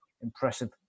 impressive